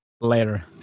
Later